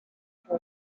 for